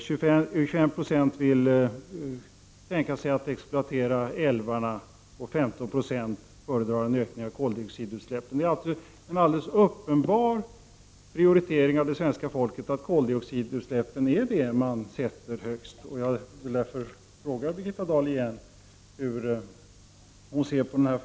21 26 vill exploatera älvarna, medan 15 I föredrar en ökning av koldioxidutsläppen. Det svenska folket prioriterar helt uppenbart en minskning av koldioxidutsläppen. Jag vill därför fråga Birgitta Dahl hur hon ser på detta.